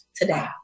today